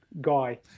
guy